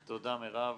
תודה, מירב.